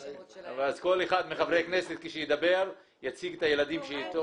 כל אחד מחברי הכנסת שידבר יציג את הילדים שאתו.